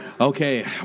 Okay